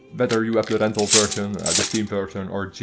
wether you have the rental version the steam version, and or